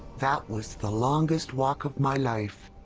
that was the longest walk of my life.